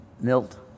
Milt